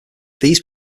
these